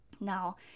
Now